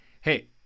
hey